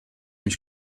mich